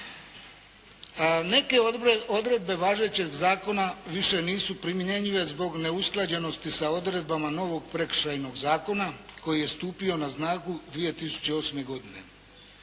Neke odredbe važećeg zakona više nisu primjenjive zbog neusklađenosti sa odredbama novog Prekršajnog zakona koji je stupio na snagu 2008. godine.